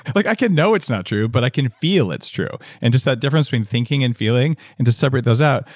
like i can know it's not true, but i can feel it's true, and just that difference between thinking and feeling, and to separate those out,